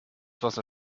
wasser